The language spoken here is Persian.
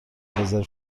رزرو